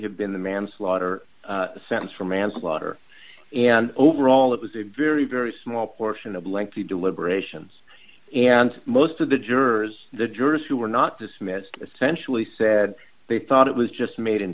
have been the manslaughter sentence for manslaughter and overall it was a very very small portion of lengthy deliberations and most of the jurors the jurors who were not dismissed essentially said they thought it was just made in